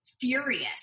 furious